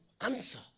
answer